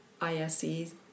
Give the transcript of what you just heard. ise